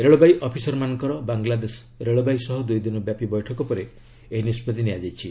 ରେଳବାଇ ଅଫିସରମାନଙ୍କର ବାଂଲାଦେଶ ରେଳବାଇ ସହ ଦୁଇଦିନ ବ୍ୟାପୀ ବୈଠକ ପରେ ଏହି ନିଷ୍ପଭି ନିଆଯାଇଛି